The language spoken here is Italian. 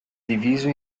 diviso